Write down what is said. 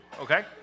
okay